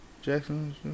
Jackson